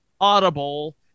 Audible